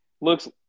Looks